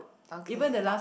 okay